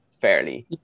fairly